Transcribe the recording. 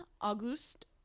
August